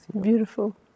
Beautiful